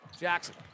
Jackson